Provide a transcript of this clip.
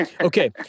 Okay